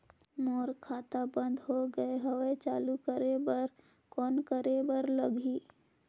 मोर खाता बंद हो गे हवय चालू कराय बर कौन करे बर लगही?